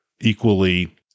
equally